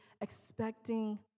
expecting